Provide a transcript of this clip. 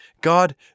God